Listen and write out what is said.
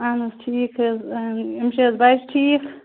اہن حظ ٹھیٖک حظ یِم چھِ حظ بَچہٕ ٹھیٖک